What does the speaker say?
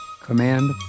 Command